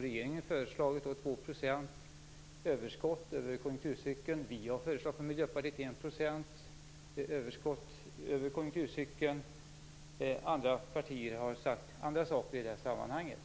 Regeringen har föreslagit 2 % i överskott över konjunkturcykeln. Vi har från Miljöpartiet föreslagit 1 % i överskott över konjunkturcykeln. Andra partier har sagt andra saker i det sammanhanget.